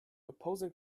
opposing